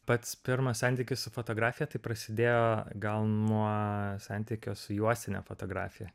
pats pirmas santykis su fotografija tai prasidėjo gal nuo santykio su juostine fotografija